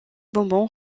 bonbons